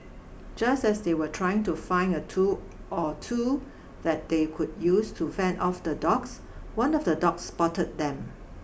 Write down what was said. just as they were trying to find a tool or two that they could use to fend off the dogs one of the dogs spotted them